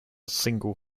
single